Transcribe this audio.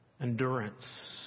Endurance